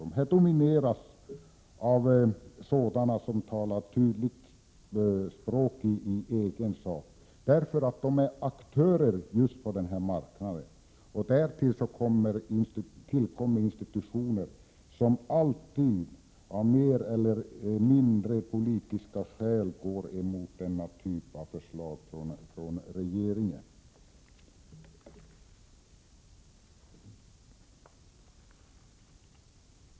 De domineras av sådana som talar tydligt språk i egen sak, därför att de är aktörer på just denna marknad. Därtill kommer institutioner som alltid av mer eller mindre politiska skäl går emot denna typ av förslag från regeringen.